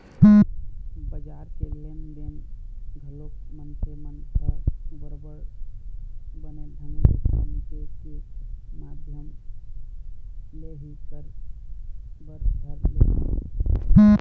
बजार के लेन देन घलोक मनखे मन ह बरोबर बने ढंग ले फोन पे के माधियम ले ही कर बर धर ले हवय